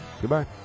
Goodbye